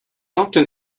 often